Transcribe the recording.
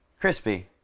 Crispy